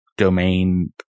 domain